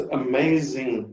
amazing